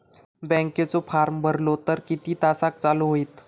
बँकेचो फार्म भरलो तर किती तासाक चालू होईत?